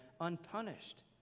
unpunished